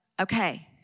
okay